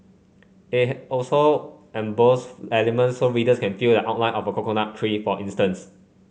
it also embossed elements so readers can feel the outline of a coconut tree for instance